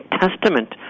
testament